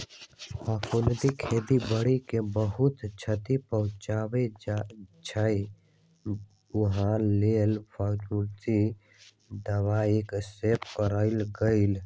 फफुन्दी खेती बाड़ी के बहुत छति पहुँचबइ छइ उहे लेल फफुंदीनाशी दबाइके स्प्रे कएल गेल